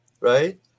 right